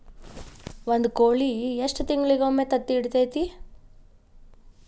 ಒಂದ್ ಕೋಳಿ ಎಷ್ಟ ತಿಂಗಳಿಗೊಮ್ಮೆ ತತ್ತಿ ಇಡತೈತಿ?